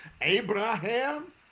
Abraham